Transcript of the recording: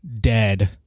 dead